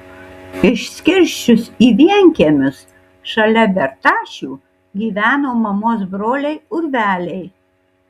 išskirsčius į vienkiemius šalia bertašių gyveno mamos broliai urveliai